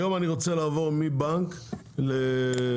היום אני רוצה לעבור מבנק לזה.